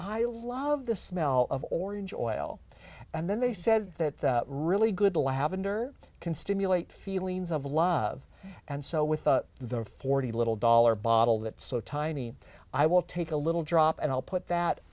i love the smell of orange oil and then they said that really good lavender can stimulate feelings of love and so with the forty little dollars bottle that so tiny i will take a little drop and i'll put that